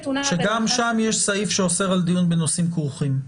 שם יש סעיף שאוסר על דיון בנושאים כרוכים.